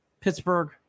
Pittsburgh